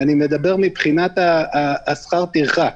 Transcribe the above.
אני מדבר מבחינת שכר הטרחה.